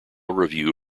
review